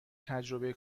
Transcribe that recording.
تجربه